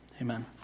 Amen